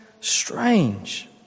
strange